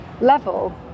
level